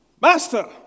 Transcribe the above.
Master